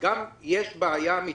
יש בעיה אמיתית,